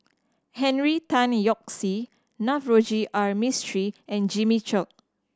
Henry Tan Yoke See Navroji R Mistri and Jimmy Chok